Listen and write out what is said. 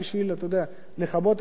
לכבות את השרפה,